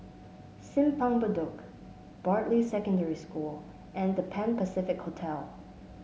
Simpang Bedok Bartley Secondary School and The Pan Pacific Hotel